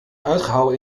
uitgehouwen